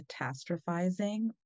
catastrophizing